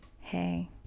hey